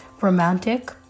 romantic